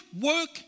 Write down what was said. work